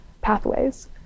pathways